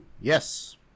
Yes